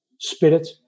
spirit